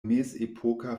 mezepoka